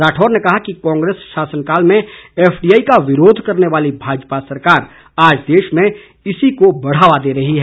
राठौर ने कहा कि कांग्रेस शासनकाल में एफडीआई का विरोध करने वाली भाजपा सरकार आज देश में इसी को बढ़ावा दे रही है